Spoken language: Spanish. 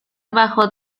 bajo